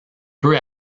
peu